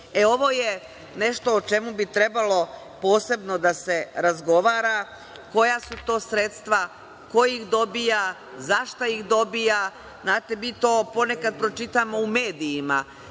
Ovo je nešto o čemu bi trebalo posebno da se razgovara, koja su to sredstva, ko ih dobija, zašta ih dobija. Znate, mi to ponekad pročitamo u medijima,